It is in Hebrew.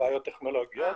מבעיות טכנולוגיות.